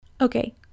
Okay